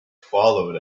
followed